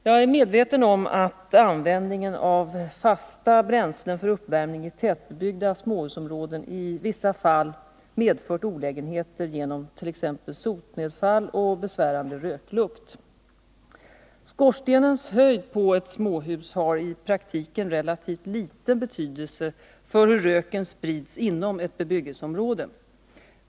Jag är medveten om att användningen av fasta bränslen för uppvärmning i tätbebyggda småhusområden i vissa fall medfört olägenheter genom t.ex. sotnedfall och besvärande röklukt. Skorstenens höjd på ett småhus har i praktiken relativt liten betydelse för hur röken sprids inom ett bebyggelseområde.